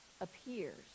appears